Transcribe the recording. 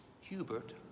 Hubert